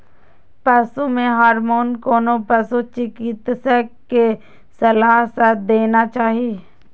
पशु मे हार्मोन कोनो पशु चिकित्सक के सलाह सं देना चाही